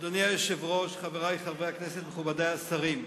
אדוני היושב-ראש, חברי חברי הכנסת, מכובדי השרים,